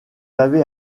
avez